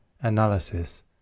Analysis